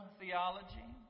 theology